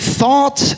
thought